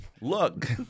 look